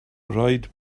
rhaid